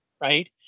right